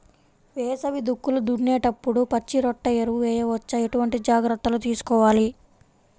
వేసవి దుక్కులు దున్నేప్పుడు పచ్చిరొట్ట ఎరువు వేయవచ్చా? ఎటువంటి జాగ్రత్తలు తీసుకోవాలి?